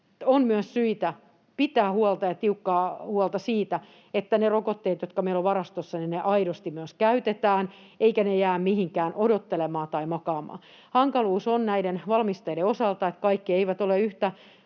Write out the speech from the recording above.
on myös syitä pitää huolta, tiukkaa huolta, siitä, että ne rokotteet, jotka meillä ovat varastossa, aidosti myös käytetään eivätkä ne jää mihinkään odottelemaan tai makaamaan. Näiden valmisteiden osalta on hankaluus, että kaikki eivät ole yhtä